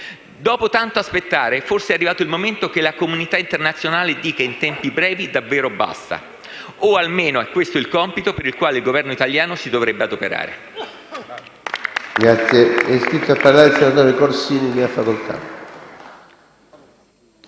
Dopo tanto aspettare forse è arrivato il momento che la comunità internazionale dica in tempi brevi davvero basta o almeno è questo il compito per il quale il Governo italiano si dovrebbe adoperare.